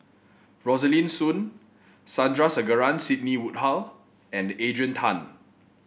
Rosaline Soon Sandrasegaran Sidney Woodhull and Adrian Tan